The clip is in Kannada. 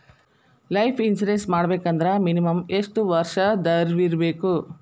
ಲೈಫ್ ಇನ್ಶುರೆನ್ಸ್ ಮಾಡ್ಸ್ಬೇಕಂದ್ರ ಮಿನಿಮಮ್ ಯೆಷ್ಟ್ ವರ್ಷ ದವ್ರಿರ್ಬೇಕು?